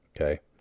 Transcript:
Okay